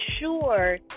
sure